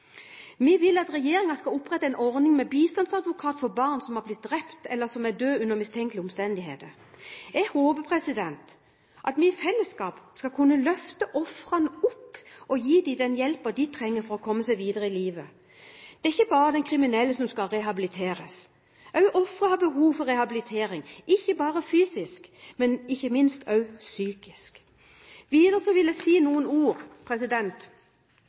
Vi vil at regjeringen skal opprette en ordning med bistandsadvokat for barn som har blitt drept, eller som har dødd under mistenkelige omstendigheter. Jeg håper at vi i fellesskap skal kunne løfte ofrene opp og gi dem den hjelpen de trenger for å komme seg videre i livet. Det er ikke bare den kriminelle som skal rehabiliteres, også offeret har behov for rehabilitering ikke bare fysisk, men – og ikke minst – også psykisk. Videre vil jeg si noen ord